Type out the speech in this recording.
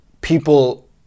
people